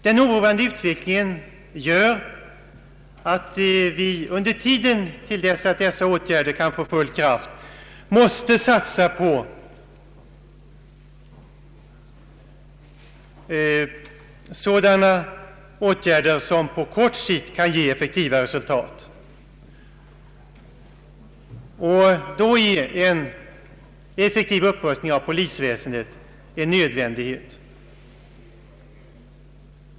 Den oroande utvecklingen gör att vi tills dessa åtgärder kan få full kraft måste satsa på sådant som på kort sikt kan ge effektiva resultat, och då är en betydande upprustning av polisväsendet en nödvändighet.